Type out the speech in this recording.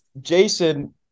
Jason